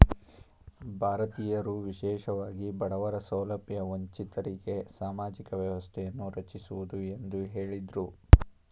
ಭಾರತೀಯರು ವಿಶೇಷವಾಗಿ ಬಡವರ ಸೌಲಭ್ಯ ವಂಚಿತರಿಗೆ ಸಾಮಾಜಿಕ ವ್ಯವಸ್ಥೆಯನ್ನು ರಚಿಸುವುದು ಎಂದು ಹೇಳಿದ್ರು